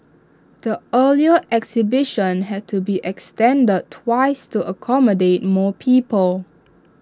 the earlier exhibition had to be extended twice to accommodate more people